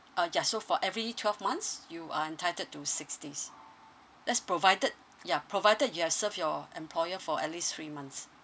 ah ya so for every twelve months you are entitled to six days that's provided ya provided you have served your employer for at least three months